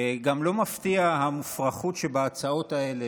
גם לא מפתיעה המופרכות שבהצעות האלה,